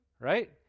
Right